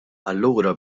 allura